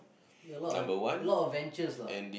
we a lot a lot of ventures lah